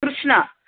Krishna